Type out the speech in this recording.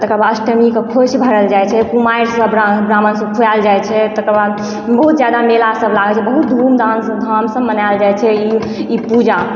तकर बाद अष्टमी कऽ खोंछि भरल जाइ छै कुमारि सब ब्राह्मण सब खुआयल जाइ छै तकर बाद बहुत जादा मेला सब लागै छै बहुत धूम धाम से मनायल जाइ छै ई पूजा